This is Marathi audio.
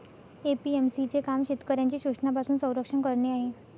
ए.पी.एम.सी चे काम शेतकऱ्यांचे शोषणापासून संरक्षण करणे आहे